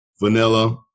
vanilla